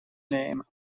name